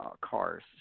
cars